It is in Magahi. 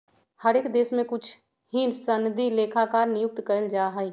हर एक देश में कुछ ही सनदी लेखाकार नियुक्त कइल जा हई